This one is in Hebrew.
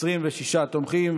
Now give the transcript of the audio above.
26 תומכים.